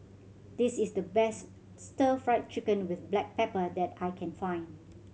this is the best Stir Fry Chicken with black pepper that I can find